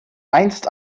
einst